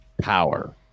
power